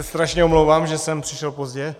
Strašně se omlouvám, že jsem přišel pozdě.